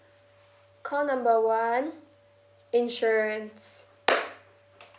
call number one insurance